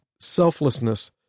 selflessness